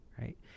right